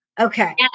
Okay